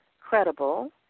credible